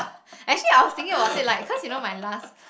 actually I was thinking about it like cause you know my last